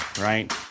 Right